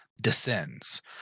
Descends